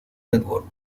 network